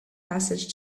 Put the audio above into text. passage